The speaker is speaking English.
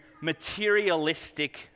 materialistic